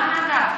אגב,